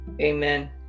Amen